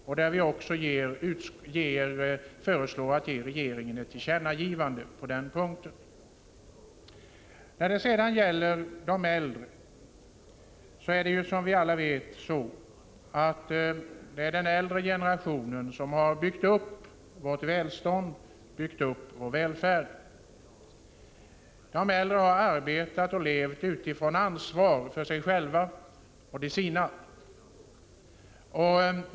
Utskottet föreslår att riksdagen ger regeringen ett tillkännagivande på denna punkt. När det sedan gäller de äldre vet vi alla att det är den äldre generationen som har byggt upp vårt välstånd och vår välfärd. De äldre har arbetat och levt utifrån ansvar för sig själva och de sina.